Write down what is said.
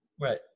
Right